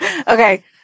Okay